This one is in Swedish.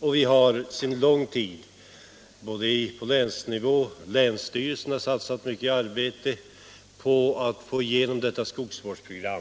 och vi har sedan lång tid tillbaka också på länsplanet och bl.a. i länsstyrelsen satsat mycket arbete på att få igenom detta skogsvårdsprogram.